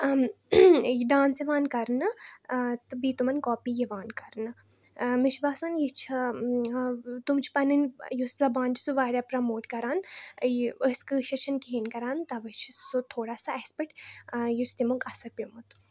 یہِ ڈانس یِوان کَرنہٕ تہٕ بیٚیہِ تِمَن کاپی یِوان کَرنہٕ مےٚ چھُ باسان یہِ چھےٚ تٕمۍ چھِ پَنٕنۍ یُس زَبان چھِ سُہ واریاہ پرٛموٹ کَران یہِ أسۍ کٲشِر چھِنہٕ کِہیٖنۍ کَران تَوَے چھِ سُہ تھوڑا سُہ اَسہِ پٮ۪ٹھ یُس تمیُک اَثر پیومُت